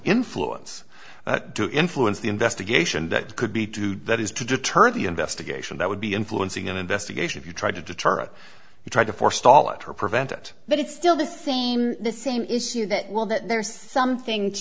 influence to influence the investigation that could be to do that is to deter the investigation that would be influencing an investigation if you tried to deter it you try to forestall it or prevent it but it's still the same the same issue that will that there's something